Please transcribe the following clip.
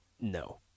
No